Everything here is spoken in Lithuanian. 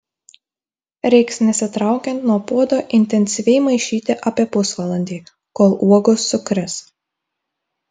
reiks nesitraukiant nuo puodo intensyviai maišyti apie pusvalandį kol uogos sukris